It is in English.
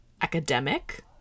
academic